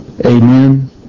Amen